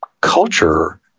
culture